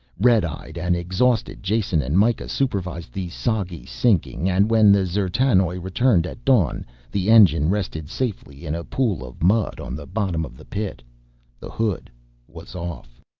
red-eyed and exhausted jason and mikah supervised the soggy sinking and when the d'zertanoj returned at dawn the engine rested safely in a pool of mud on the bottom of the pit the hood was off.